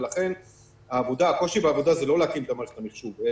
ולכן הקושי בעבודה זה לא להקים את המערכת המחשובית,